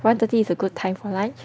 one thirty is a good time for lunch